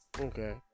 Okay